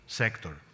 sector